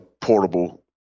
portable